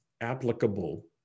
applicable